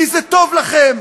כי זה טוב לכם,